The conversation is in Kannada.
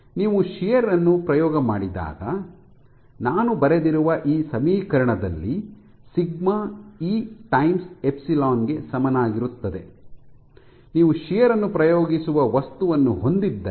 ನೀವು ಶಿಯರ್ ಯನ್ನು ಪ್ರಯೋಗ ಮಾಡಿದಾಗ ನಾನು ಬರೆದಿರುವ ಈ ಸಮೀಕರಣದಲ್ಲಿ ಸಿಗ್ಮಾ ಇ ಟೈಮ್ಸ್ ಎಪ್ಸಿಲಾನ್ ಗೆ ಸಮನಾಗಿರುತ್ತದೆ ನೀವು ಶಿಯರ್ ಅನ್ನು ಪ್ರಯೋಗಿಸುವ ವಸ್ತುವನ್ನು ಹೊಂದಿದ್ದರೆ